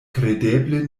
kredeble